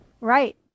right